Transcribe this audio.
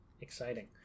Exciting